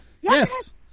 Yes